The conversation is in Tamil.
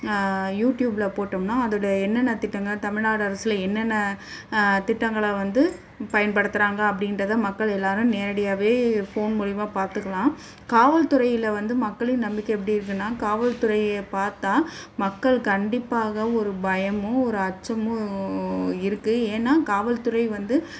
யூடியூபில் போட்டோம்னா அதோடய என்னென்ன திட்டங்களை தமிழ்நாடு அரசில் என்னென்ன திட்டங்களை வந்து பயன்படுத்துகிறாங்க அப்படின்றத மக்கள் எல்லோரும் நேரடியாகவே ஃபோன் மூலிமா பார்த்துக்கலாம் காவல் துறையில் வந்து மக்களின் நம்பிக்கை எப்படி இருக்குதுன்னா காவல் துறையை பார்த்தா மக்கள் கண்டிப்பாக ஒரு பயமும் ஒரு அச்சமும் இருக்குது ஏன்னா காவல்துறை வந்து